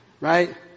Right